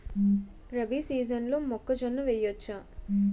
రబీ సీజన్లో మొక్కజొన్న వెయ్యచ్చా?